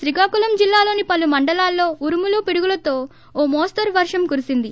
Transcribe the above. శ్రీకాకుళం జిల్లాలోని పలు మండలాల్లో ఉరుములు పిడుగులతో ఓ మోస్తరు వర్షం కురిసింది